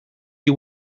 you